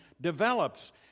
develops